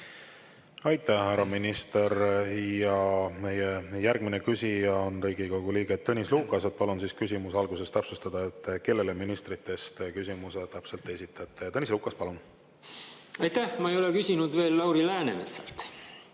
Aitäh, härra minister! Meie järgmine küsija on Riigikogu liige Tõnis Lukas. Palun küsimuse alguses täpsustada, kellele ministritest küsimuse täpselt esitate. Tõnis Lukas, palun! Aitäh! Ma ei ole küsinud veel Lauri Läänemetsalt.